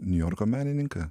niujorko menininką